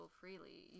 freely